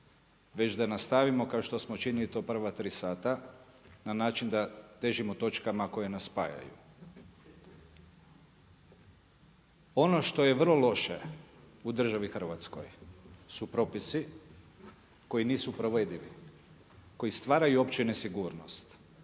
već da nastavimo kao što smo činili to prva tri sata, na način da težimo točkama koje nas spajaju. Ono što je vrlo loše u državi Hrvatskoj, su propisi koji nisu provedivi, koji stvaraju opću nesigurnost.